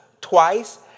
twice